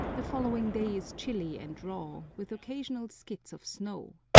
the following day is chilly and raw, with occasional skits of snow.